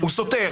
הוא לא סותר.